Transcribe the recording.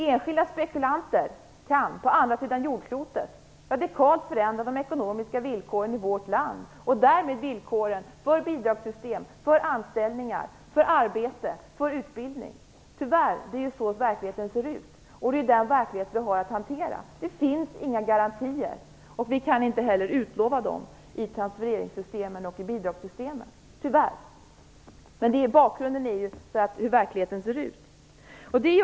Enskilda spekulanter på andra sidan jordklotet kan radikalt förändra de ekonomiska villkoren i vårt land, därmed också villkoren för bidragssystem, anställningar, arbete och utbildning. Tyvärr ser verkligheten ut så. Det är den verklighet som vi har att hantera. Det finns inga garantier. Vi kan inte heller utlova garantier i transfererings och bidragssystemen. Det hänger ju ihop med hur verkligheten ser ut.